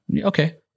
Okay